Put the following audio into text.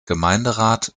gemeinderat